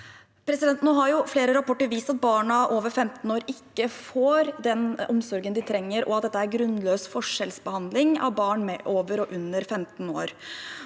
Nå har flere rapporter vist at barna over 15 år ikke får den omsorgen de trenger, og at dette er grunnløs forskjellsbehandling av barn over og under 15 år.